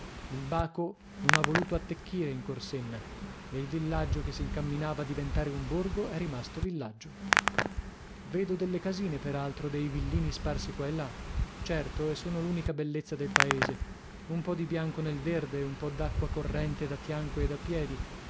il baco non ha voluto attecchire in corsenna e il villaggio che s'incamminava a diventare un borgo è rimasto villaggio vedo delle casine per altro dei villini sparsi qua e là certo e sono l'unica bellezza del paese un po di bianco nel verde un po d'acqua corrente da fianco e da piedi